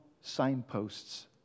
signposts